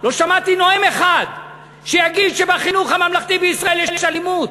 לא שמעתי נואם אחד שיגיד שבחינוך הממלכתי בישראל יש אלימות,